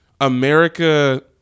america